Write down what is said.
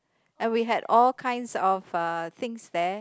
and we had all kinds of uh things there